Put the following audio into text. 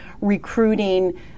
recruiting